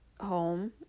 home